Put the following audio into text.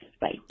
Bye